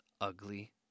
ugly